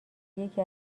یکی